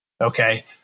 okay